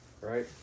right